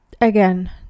again